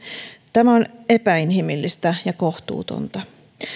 tämä on epäinhimillistä ja kohtuutonta